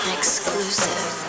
exclusive